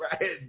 right